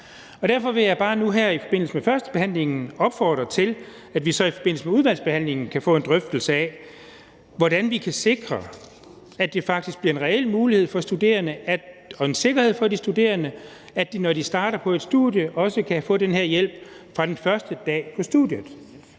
Derfor vil jeg bare her i forbindelse med førstebehandlingen opfordre til, at vi så i forbindelse med udvalgsbehandlingen kan få en drøftelse af, hvordan vi kan sikre, at det faktisk bliver en reel mulighed og sikkerhed for de studerende, at de, når de starter på et studie, også kan få den her hjælp fra den første dag på studiet.